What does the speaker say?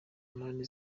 mpande